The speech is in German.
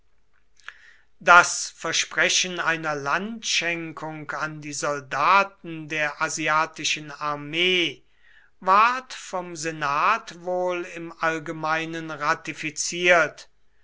das versprechen einer landschenkung an die soldaten der asiatischen armee ward vom senat wohl im allgemeinen ratifiziert